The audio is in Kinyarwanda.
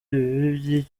ibibi